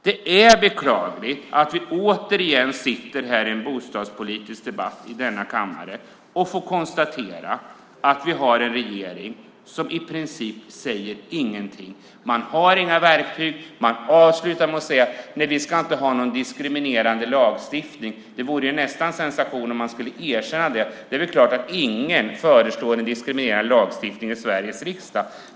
Det är beklagligt att vi återigen står här i en bostadspolitisk debatt i denna kammare och får konstatera att vi har en regering som i princip inte säger någonting. Man har inga verktyg. Man avslutar med att säga: Nej, vi ska inte ha någon diskriminerande lagstiftning. Det vore nästan sensation om man skulle erkänna det. Det är klart att ingen föreslår en diskriminerande lagstiftning i Sveriges riksdag.